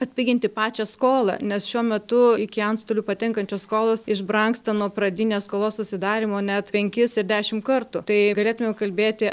atpiginti pačią skolą nes šiuo metu iki antstolių patenkančios skolos išbrangsta nuo pradinės skolos susidarymo net penkis ir dešim kartų tai galėtumėm kalbėti